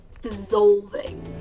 dissolving